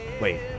Wait